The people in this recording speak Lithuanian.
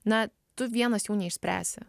na tu vienas jų neišspręsi